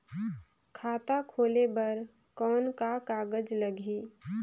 खाता खोले बर कौन का कागज लगही?